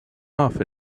off